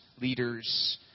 leaders